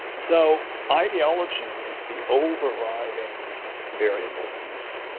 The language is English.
so ideology is the overriding variable in this.